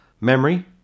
memory